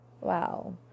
wow